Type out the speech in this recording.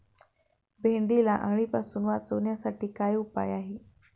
भेंडीला अळीपासून वाचवण्यासाठी काय उपाय आहे?